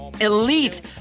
Elite